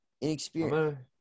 Inexperienced